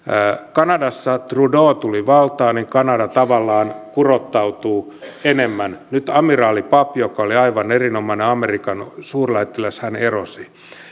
kanadassa trudeau tuli valtaan niin kanada tavallaan kurottautuu enemmän nyt amiraali papp joka oli aivan erinomainen amerikan suurlähettiläs erosi